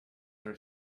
are